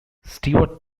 stewart